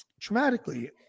traumatically